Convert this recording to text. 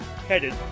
headed